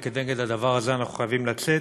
וכנגד הדבר הזה אנחנו מחויבים לצאת.